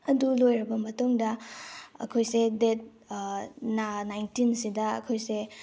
ꯑꯗꯨ ꯂꯣꯏꯔꯕ ꯃꯇꯨꯡꯗ ꯑꯩꯈꯣꯏꯁꯦ ꯗꯦꯠ ꯅꯥꯏꯟꯇꯤꯟꯁꯤꯗ ꯑꯩꯈꯣꯏꯁꯦ